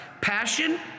Passion